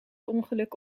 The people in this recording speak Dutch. ongeluk